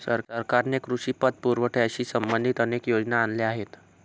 सरकारने कृषी पतपुरवठ्याशी संबंधित अनेक योजना आणल्या आहेत